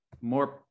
more